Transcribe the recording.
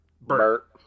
Bert